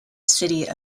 city